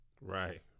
Right